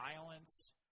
violence